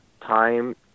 time